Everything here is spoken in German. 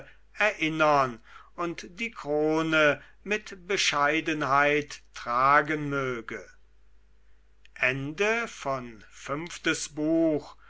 erinnern und die krone mit bescheidenheit tragen möge